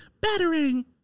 battering